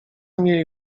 mieli